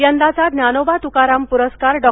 यंदाचा ज्ञानोबा तुकाराम पुरस्कार डॉ